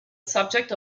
subject